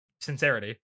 sincerity